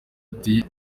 ati